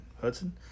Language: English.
Hudson